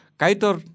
...kaitor